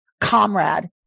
comrade